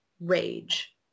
rage